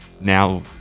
now-